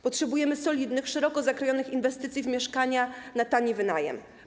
Potrzebujemy solidnych, szeroko zakrojonych inwestycji w mieszkania na tani wynajem.